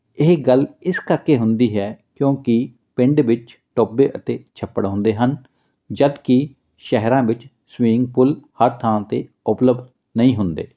ਇਹ ਗੱਲ ਇਸ ਕਰਕੇ ਹੁੰਦੀ ਹੈ ਕਿਉਂਕਿ ਪਿੰਡ ਵਿੱਚ ਟੋਬੇ ਅਤੇ ਛੱਪੜ ਹੁੰਦੇ ਹਨ ਜਦੋਂ ਕਿ ਸ਼ਹਿਰਾਂ ਵਿੱਚ ਸਵੀਵਿੰਗ ਪੂਲ ਹਰ ਥਾਂ 'ਤੇ ਉਪਲਬਧ ਨਹੀਂ ਹੁੰਦੇ